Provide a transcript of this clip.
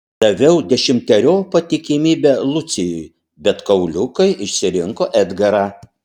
daviau dešimteriopą tikimybę lucijui bet kauliukai išsirinko edgarą